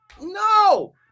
No